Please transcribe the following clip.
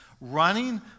Running